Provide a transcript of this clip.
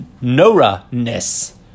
Nora-ness